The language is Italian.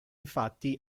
infatti